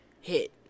hit